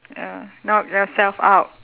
ya knock yourself out